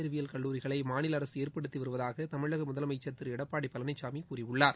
அறிவியல் கல்லூரிகளை மாநில அரசு ஏற்படுத்தி வருவதாக தமிழக முதலமைச்சர் திரு எடப்பாடி பழனிசாமி கூறியுள்ளார்